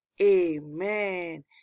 amen